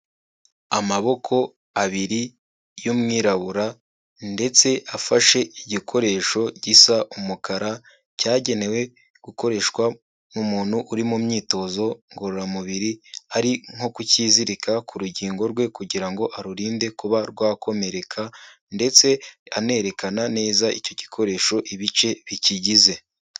Amaboko abiri y'umwirabura ndetse afashe igikoresho gisa umukara cyagenewe gukoreshwa mu muntu uri mu myitozo ngororamubiri ari nko kukizirika rugingo rwe kugira ngo arurinde kuba rwakomereka ndetse anerekana neza icyo gikoresho ibice bikigize.